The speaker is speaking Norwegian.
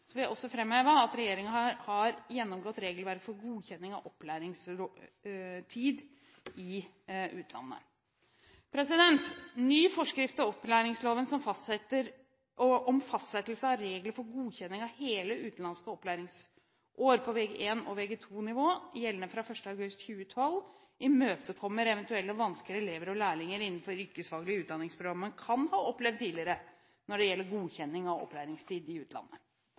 vil jeg også framheve at regjeringen har gjennomgått regelverket for godkjenning av opplæringstid i utlandet. Ny forskrift til opplæringsloven om fastsettelse av regler for godkjenning av hele utenlandske opplæringsår på Vg1- og Vg2-nivå, gjeldende fra 1. august 2012, imøtekommer eventuelle vansker elever og lærlinger innenfor yrkesfaglige utdanningsprogrammer kan ha opplevd tidligere når det gjelder godkjenning av opplæringstid i utlandet.